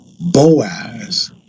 Boaz